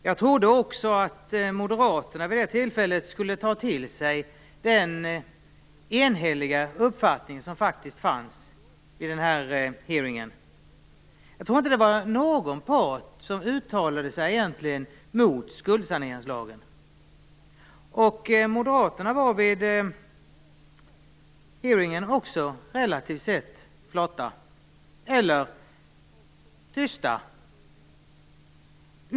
Jag trodde också att moderaterna skulle ta till sig den uppfattning som enhälligt framfördes vid det tillfället. Jag tror inte att det egentligen var någon part som uttalade sig mot skuldsaneringslagen. Moderaterna var vid hearingen också relativt flata eller tysta.